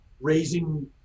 raising